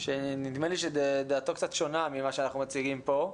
שנדמה לי שדעתו קצת שונה ממה שאנחנו מציגים פה.